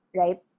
right